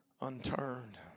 Unturned